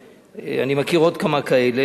ואני מכיר עוד כמה כאלה.